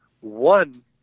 one